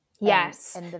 Yes